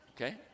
okay